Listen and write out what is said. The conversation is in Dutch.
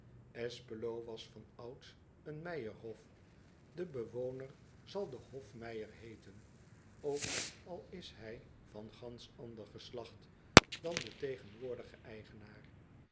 was van ouds een meijerhof e bewoner zal d e h o f m e i j e r heeten ook al is hij van gansch ander geslacht dan de tegenwoordige eigenaar